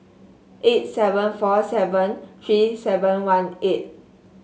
eight seven four seven three seven one eight